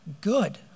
good